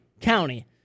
County